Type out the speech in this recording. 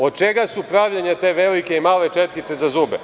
Od čega su pravljene te velike i male četkice za zube?